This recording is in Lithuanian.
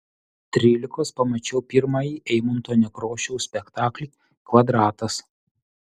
trylikos pamačiau pirmąjį eimunto nekrošiaus spektaklį kvadratas